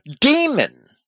Demon